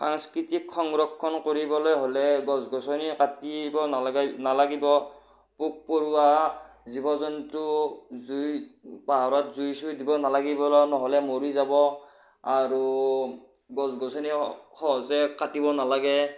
সাংস্কৃতিক সংৰক্ষণ কৰিবলৈ হ'লে গছ গছনি কাটিব নালাগে নালাগিব পোক পৰুৱা জীৱ জন্তু জুই পাহাৰত জুই চুই দিব নালাগিব লাগিব নহ'লে মৰি যাব আৰু গছ গছনি সহজে কাটিব নালাগে